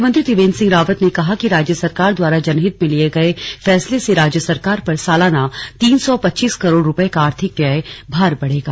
मुख्यमंत्री त्रिवेंद्र सिंह रावत ने कहा कि राज्य सरकार द्वारा जनहित में लिये गये फैसले से राज्य सरकार पर सालाना तीन सौ पच्चीस करोड़ रूपए का आर्थिक व्यय भार बढ़ेगा